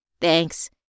Thanks